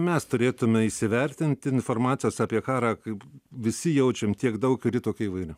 mes turėtume įsivertinti informacijos apie karą kaip visi jaučiam tiek daug ir ji tokia įvairi